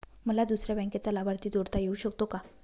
मला दुसऱ्या बँकेचा लाभार्थी जोडता येऊ शकतो का?